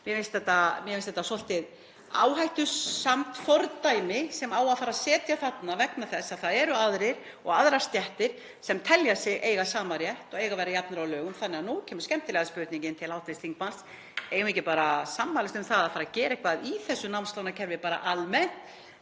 lögfræðingi þetta svolítið áhættusamt fordæmi sem á að fara að setja þarna, vegna þess að það eru aðrir og aðrar stéttir sem telja sig eiga sama rétt og eiga að vera jafnir að lögum. Þannig að nú kemur skemmtilega spurningin til hv. þingmanns: Eigum við ekki bara að sammælast um að fara að gera eitthvað í þessu námslánakerfi, bara almennt,